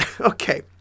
Okay